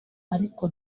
ariko